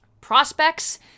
prospects